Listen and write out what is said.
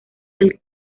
del